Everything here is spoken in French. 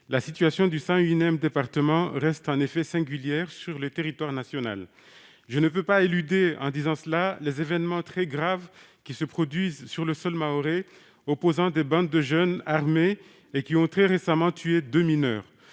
La situation du 101 département reste en effet singulière sur le territoire national. Je ne peux pas éluder en disant cela les événements très graves qui se produisent sur le sol mahorais, opposant des bandes de jeunes armés, lesquels ont très récemment tué deux mineurs.